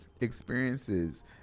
experiences